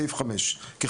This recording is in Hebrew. "סעיף 5: א.